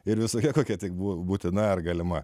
ir visokia kokia tik buvo būtina ar galima